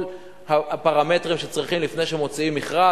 כל הפרמטרים שצריכים לפני שמוציאים מכרז.